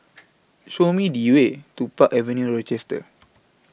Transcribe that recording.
Show Me The Way to Park Avenue Rochester